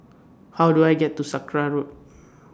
How Do I get to Sakra Road